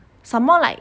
some more like